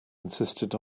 insisted